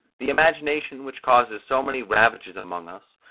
the imagination which causes so many ravages among us,